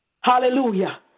Hallelujah